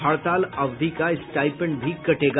हड़ताल अवधि का स्टाईपेंड भी कटेगा